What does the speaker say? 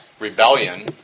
rebellion